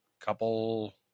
couple